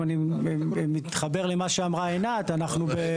אם זה מתחבר למה שאמרה עינת --- רגע,